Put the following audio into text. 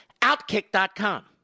Outkick.com